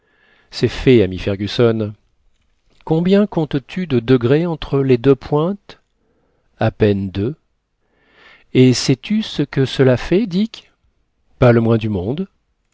c'est fait ami fergusson combien comptes-tu de degrés entre les deux pointes a peine deux et sais-tu ce que cela fait dick pas le moins du monde